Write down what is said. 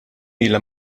ilha